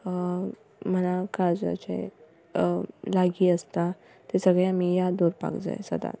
मना काळजाचे लागीं आसता ते सगळे आमी याद दवरपाक जाय सदांच